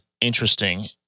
interesting